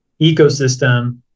ecosystem